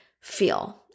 feel